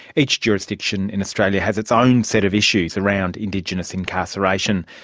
each jurisdiction in australia has its own set of issues around indigenous incarceration,